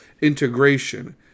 integration